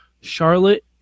charlotte